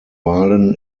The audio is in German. wahlen